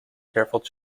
carefully